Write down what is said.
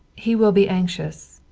he will be anxious.